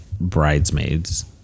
bridesmaids